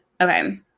Okay